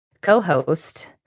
co-host